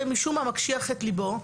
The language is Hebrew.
שמשום מה מקשיח את ליבו,